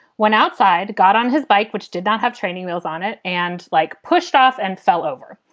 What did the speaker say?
went outside, got on his bike, which did not have training wheels on it and like pushed off and fell over.